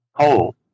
coal